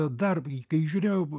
dar kai žiūrėjau